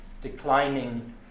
declining